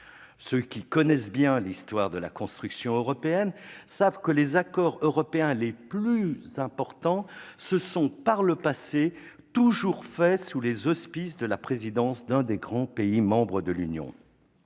Ceux qui connaissent bien l'histoire de la construction européenne savent que les accords européens les plus importants ont toujours été conclus, par le passé, sous les auspices de la présidence d'un des grands pays membres de l'Union.